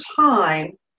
time